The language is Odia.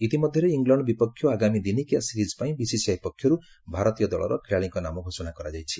ଇତିମଧ୍ୟରେ ଇଲଣ୍ଡ ବିପକ୍ଷ ଆଗାମୀ ଦିନିକିଆ ସିରିଜ ପାଇଁ ବିସିସିଆଇ ପକ୍ଷରୁ ଭାରତୀୟ ଦଳର ଖେଳାଳୀଙ୍କ ନାମ ଘୋଷଣା କରାଯାଇଛି